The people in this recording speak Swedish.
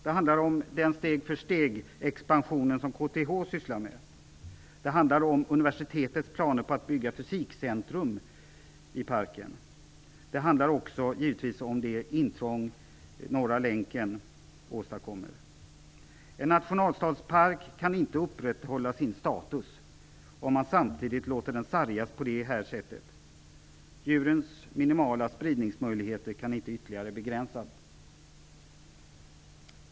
Det handlar om den stegför-steg-expansion som KTH sysslar med. Det handlar om universitetets planer på att bygga Fysikcentrum i parken. Det handlar också givetvis om de intrång Norra länken åstadkommer. En nationalstadspark kan inte upprätthålla sin status om man låter den sargas på det här sättet. Djurens minimala spridningsmöjligheter kan inte ytterligare begränsas.